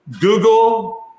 Google